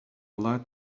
lot